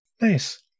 Nice